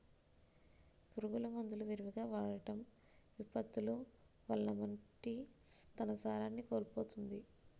పురుగు మందులు విరివిగా వాడటం, విపత్తులు వలన మట్టి తన సారాన్ని కోల్పోతుంది